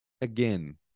Again